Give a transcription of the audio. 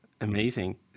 Amazing